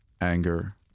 anger